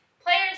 players